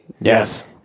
Yes